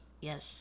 Yes